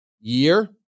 year